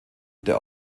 der